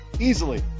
Easily